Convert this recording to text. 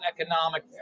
Economic